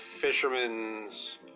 Fisherman's